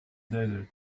desert